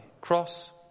cross